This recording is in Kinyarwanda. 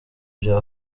bya